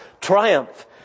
triumph